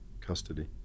custody